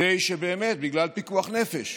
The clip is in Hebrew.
באמת בגלל פיקוח נפש,